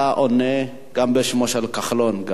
האם אתה עונה גם בשמו של כחלון?